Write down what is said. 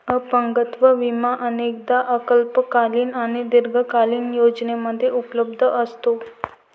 अपंगत्व विमा अनेकदा अल्पकालीन आणि दीर्घकालीन योजनांमध्ये उपलब्ध असतो